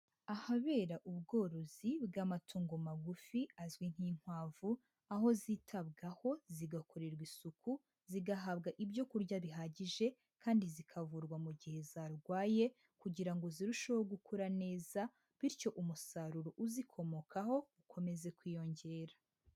Ahabera ubworozi bw'amatungo magufi azwi nk'inkwavu, aho zitabwaho zigakorerwa isuku, zigahabwa ibyo kurya bihagije kandi zikavurwa mu gihe zarwaye kugira ngo zirusheho gukura neza bityo umusaruro uzikomokaho ukomeze kwiyongera.